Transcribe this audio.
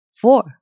Four